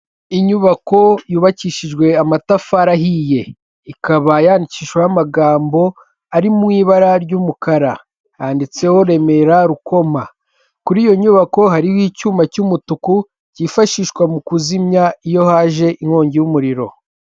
Inyubako yubakishijwe amatafari ahiye. Ikaba yandiyandikishijweho amagambo, ari mu ibara ry'umukara .Handitseho Remera Rukoma .Kuri iyo nyubako hariho icyuma cy'umutuku, cyifashishwa mu kuzimya iyo haje inkongi y'umuriro.